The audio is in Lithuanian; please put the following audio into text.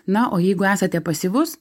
na o jeigu esate pasyvus